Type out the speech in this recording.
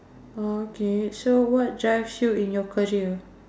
oh okay so what drives you in your career